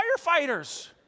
firefighters